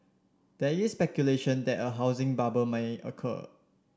there is speculation that a housing bubble may occur